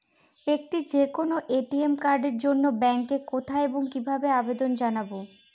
একটি যে কোনো এ.টি.এম কার্ডের জন্য ব্যাংকে কোথায় এবং কিভাবে আবেদন জানাব?